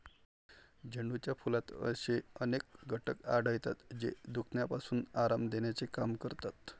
झेंडूच्या फुलात असे अनेक घटक आढळतात, जे दुखण्यापासून आराम देण्याचे काम करतात